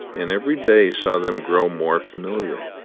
and every day saw them grow more familiar,